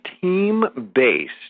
team-based